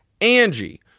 Angie